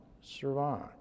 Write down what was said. survive